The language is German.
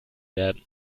werden